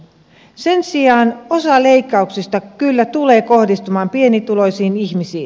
sen sijaan osa leikkauksista kyllä tulee kohdistumaan pienituloisiin ihmisiin